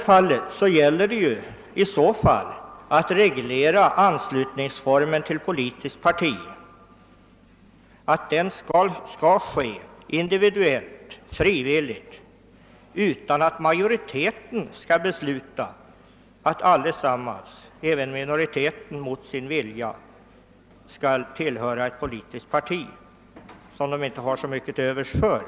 Ja, det gäller i det här fallet att reglera formen för anslutning till ett politiskt parti på sådant sätt att anslutningen sker individuellt och frivilligt utan att majoriteten beslutar att allesammans — även minoriteten — mot sin vilja skall tillhöra ett politiskt parti som de inte har mycket till övers för.